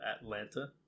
atlanta